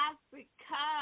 Africa